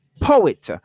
poet